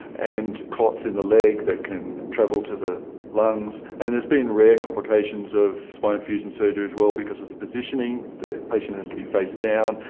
and clots in the leg that can travel to the lungs. and there's been rare complications of spinal fusion surgery as well because of the positioning, the patient has to be face down,